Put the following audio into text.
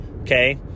Okay